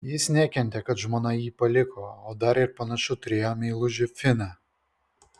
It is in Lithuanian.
jis nekentė kad žmona jį paliko o dar ir panašu turėjo meilužį finą